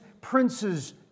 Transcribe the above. princes